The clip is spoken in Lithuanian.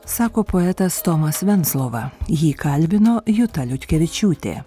sako poetas tomas venclova jį kalbino juta liutkevičiūtė